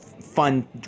fun